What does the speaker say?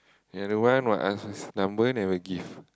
another one what ask his number never give